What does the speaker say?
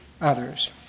others